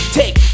take